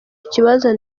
kibazo